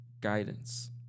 guidance